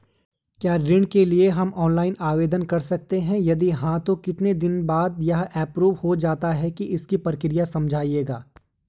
क्या ऋण के लिए हम ऑनलाइन आवेदन कर सकते हैं यदि हाँ तो कितने दिन बाद यह एप्रूव हो जाता है इसकी प्रक्रिया समझाइएगा?